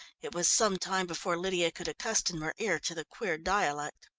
it was some time before lydia could accustom her ear to the queer dialect.